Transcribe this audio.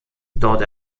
dort